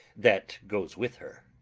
that goes with her.